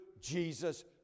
Jesus